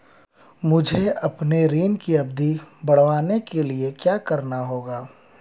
मुझे अपने ऋण की अवधि बढ़वाने के लिए क्या करना होगा?